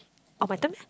oh my turn